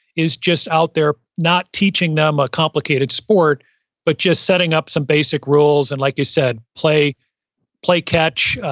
is just out there not teaching them a complicated sport but just setting up some basic rules, and, like you said, play play catch,